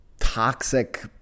toxic